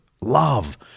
love